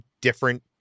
different